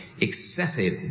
excessive